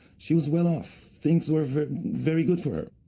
she was well off, things were very good for her,